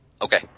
Okay